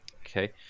Okay